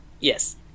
Yes